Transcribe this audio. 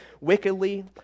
wickedly